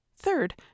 Third